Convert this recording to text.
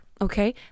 Okay